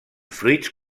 fruits